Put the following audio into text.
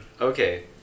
okay